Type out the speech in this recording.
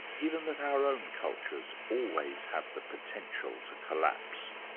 given that our own cultures always have the potential to collapse.